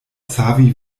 savi